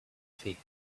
feet